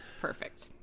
perfect